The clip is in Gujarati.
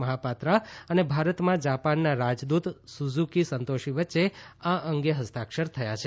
મહાપાત્રા અને ભારતમાં જાપાનના રાજદ્રત સુઝુકી સંતોશી વચ્ચે આ અંગે હસ્તાક્ષર થયા છે